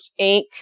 Inc